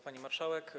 Pani Marszałek!